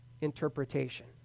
interpretation